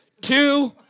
two